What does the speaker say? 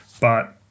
But-